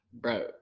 Bro